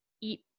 eat